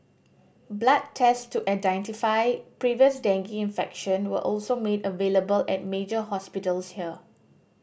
blood tests to identify previous dengue infection were also made available at major hospitals here